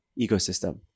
ecosystem